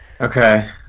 Okay